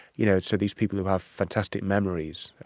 you know, so these people who have fantastic memories,